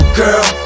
girl